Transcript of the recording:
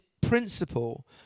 principle